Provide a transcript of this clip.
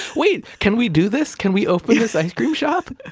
wait, can we do this? can we open this ice cream shop?